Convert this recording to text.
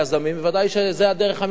ודאי שזו הדרך המיטבית,